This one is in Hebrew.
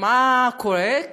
מה קורה?